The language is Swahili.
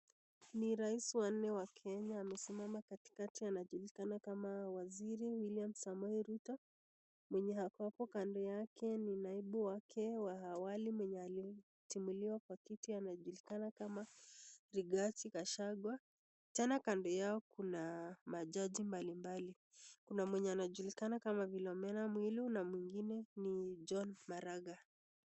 Ni raisi wa nne was Kenya amesimama katikati anajulikana kama waziri willam samoe ruto mwenye ako hapo Kando yake ni naibu wa awali mwenye alitimuliwa Kwa kiti anajulikana kwma rigathi kachagua tena kando yao kuna majaji mbalimbali Kuna mwenye anajulikana kwa lomena mwilu na mwingine George maraka.